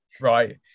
Right